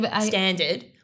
standard